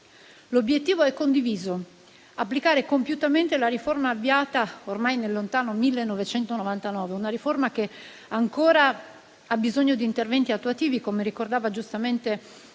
L'obiettivo è condiviso: applicare compiutamente la riforma avviata ormai nel lontano 1999 e che ancora abbisogna di interventi attuativi che, come ricordava giustamente